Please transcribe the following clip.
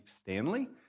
Stanley